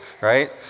right